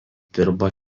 dirbo